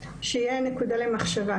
שתהיה נקודה למחשבה.